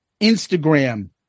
Instagram